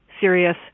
serious